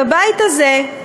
בבית הזה,